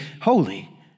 holy